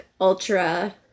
ultra